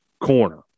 Corner